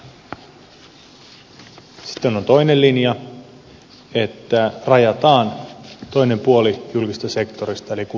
sitten on toinen linja että rajataan toinen puoli julkisesta sektorista eli kuntatalous pois